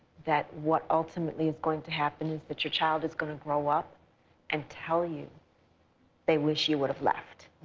that what ultimately is going to happen is that your child is gonna grow up and tell you they wish you would have left.